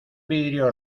vidrio